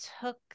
took